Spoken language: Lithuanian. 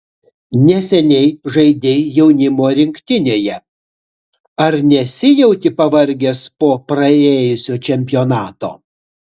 neseniai žaidei jaunimo rinktinėje ar nesijauti pavargęs po praėjusio čempionato